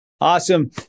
Awesome